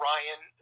Ryan